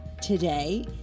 today